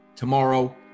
Tomorrow